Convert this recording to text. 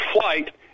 flight